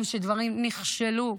גם כשדברים נכשלו,